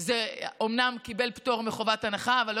זה אומנם קיבל פטור מחובת הנחה אבל לא